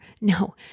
No